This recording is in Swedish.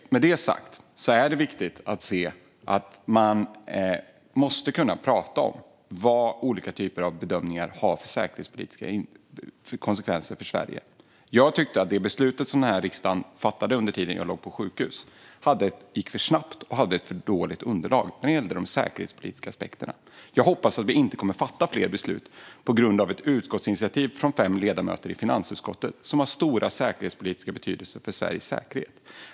Med detta sagt är det viktigt att se att man måste kunna prata om vad olika typer av bedömningar får för säkerhetspolitiska konsekvenser för Sverige. Jag tyckte att det beslut som denna riksdag fattade medan jag låg på sjukhus gick för snabbt och byggde på ett för dåligt underlag när det gällde de säkerhetspolitiska aspekterna. Jag hoppas att vi inte kommer att fatta fler beslut som har stor säkerhetspolitisk betydelse för Sverige på grund av ett utskottsinitiativ från fem ledamöter i finansutskottet.